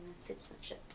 citizenship